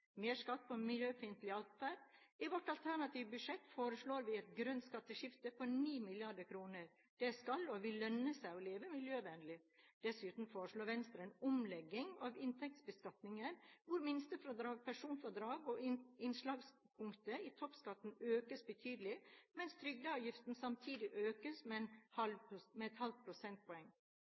mer skatt på miljøfiendtlig adferd. I vårt alternative budsjett foreslår vi et grønt skatteskifte på 9 mrd. kr. Det skal og vil lønne seg å leve miljøvennlig. Dessuten foreslår Venstre en omlegging av inntektsbeskatningen hvor minstefradrag, personfradrag og innslagspunktet i toppskatten økes betydelig, mens trygdeavgiften samtidig økes med et halvt prosentpoeng.